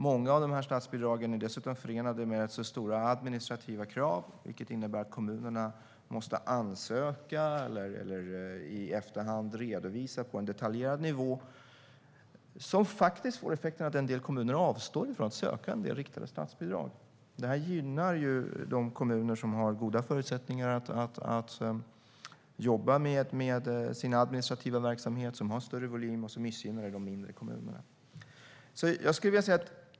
Många av de statsbidragen är dessutom förenade med stora administrativa krav, vilket innebär att kommunerna måste ansöka eller i efterhand redovisa på en detaljerad nivå. Det får effekten att en del kommuner avstår från att söka en del riktade statsbidrag. Det gynnar de kommuner som har goda förutsättningar att jobba med sin administrativa verksamhet och har större volym och missgynnar de mindre kommunerna.